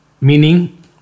meaning